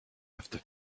after